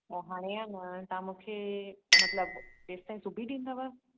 त हाणे आहे न तव्हां मूंखे मतिलब तेसि ताईं सिबी ॾींदव